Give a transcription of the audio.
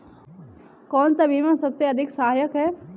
कौन सा बीमा सबसे अधिक सहायक है?